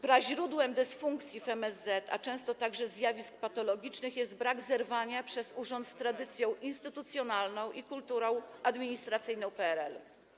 Praźródłem dysfunkcji w MSZ, a często także zjawisk patologicznych jest brak zerwania przez urząd z tradycją instytucjonalną i kulturą administracyjną PRL.